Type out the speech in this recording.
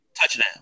Touchdown